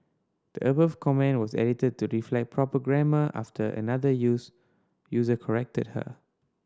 the above comment was edited to reflect proper grammar after another use user corrected her